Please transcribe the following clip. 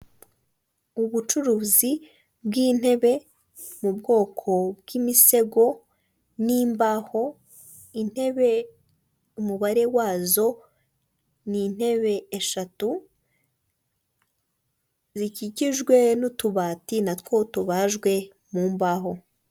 Ubucuruzi bw'intebe mu bwoko bw'imisego n'imbaho, intebe umubare wazo ni intebe eshatu z'ikikijwe n'utubati natwo tubajwe mu mbaho .